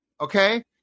Okay